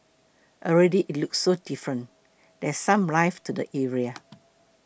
already it looks so different there's some life to the area